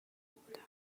بودم